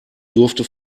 durfte